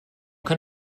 kann